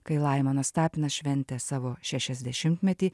kai laimonas tapinas šventė savo šešiasdešimtmetį